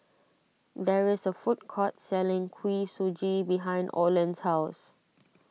there is a food court selling Kuih Suji behind Olen's house